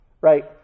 right